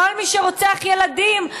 כל מי שרוצח ילדים,